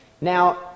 Now